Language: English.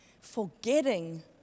forgetting